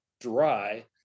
dry